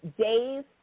Days